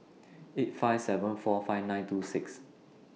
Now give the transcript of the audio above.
eight five seven eight five nine two six